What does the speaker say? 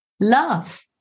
love